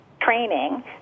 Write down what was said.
training